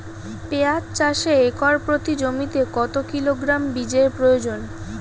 পেঁয়াজ চাষে একর প্রতি জমিতে কত কিলোগ্রাম বীজের প্রয়োজন?